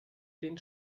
den